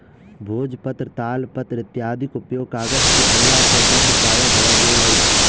भोजपत्र, तालपत्र इत्यादिक उपयोग कागज के अयला सॅ बंद प्राय भ गेल अछि